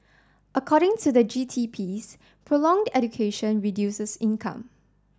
according to the G T piece prolonged education reduces income